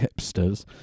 hipsters